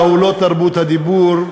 בדיבור,